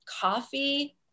coffee